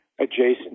adjacent